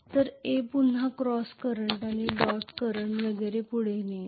तर ए पुन्हा क्रॉस करंट आणि डॉट करंट वगैरे पुढे नेईल